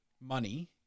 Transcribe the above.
money